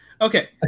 okay